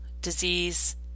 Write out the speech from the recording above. disease